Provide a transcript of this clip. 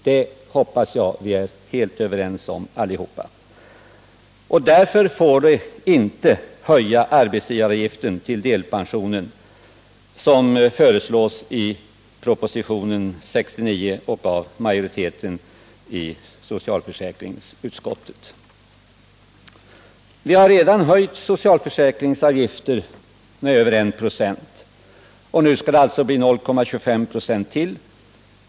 Det hoppas jag vi är helt överens om allihop. Därför får vi inte höja arbetsgivaravgiften till delpensionen, som föreslås i propositionen 69 och av majoriteten i socialförsäkringsutskottet. Vi har redan höjt socialförsäkringsavgifter med över 1 96, och nu skall det alltså bli 0,25 96 till.